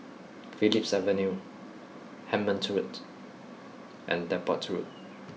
Phillips Avenue Hemmant Road and Depot Road